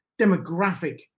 demographic